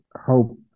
hope